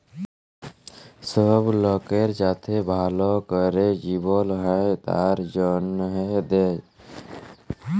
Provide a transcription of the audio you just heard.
সব লকের যাতে ভাল ক্যরে জিবল হ্যয় তার জনহে দেয়